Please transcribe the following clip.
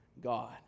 God